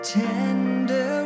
tender